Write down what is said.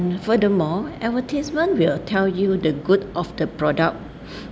furthermore advertisement will tell you the good of the product